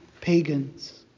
pagans